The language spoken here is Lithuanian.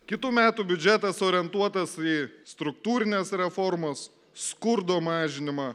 kitų metų biudžetas orientuotas į struktūrines reformas skurdo mažinimą